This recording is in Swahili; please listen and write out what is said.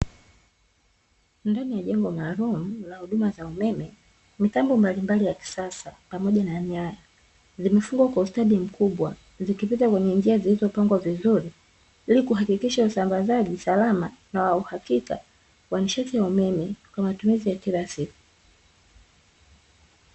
Ndani ya jengo maalumu la huduma za umeme. Mitambo mbali mbali ya kisasa pamoja na nyaya zimefungwa kwa ustadi mkubwa zikipita kwenye njia zilizo pangwa vizuri, ili kuhakikisha usambazaji salama na wa uhakika wa nishati ya umeme kwa matumizi ya kila siku.